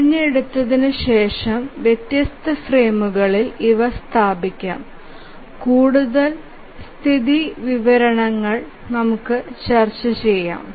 തിരഞ്ഞെടുത്തുകഴിഞ്ഞാൽ വ്യത്യസ്ത ഫ്രെയിമുകളിൽ ഇവ സ്ഥാപിക്കാo കൂടുതൽ സ്ഥിതിവിവരക്കണക്കുകൾ ചർച്ച ചെയ്യാം